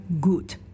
good